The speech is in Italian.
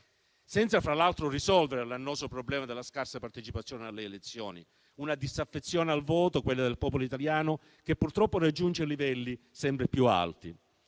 senza fra l'altro risolvere l'annoso problema della scarsa partecipazione alle elezioni; una disaffezione al voto, quella del popolo italiano, che purtroppo raggiungere livelli sempre più alti.